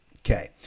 Okay